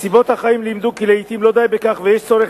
נסיבות החיים לימדו כי לעתים לא די בכך ויש צורך